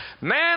Man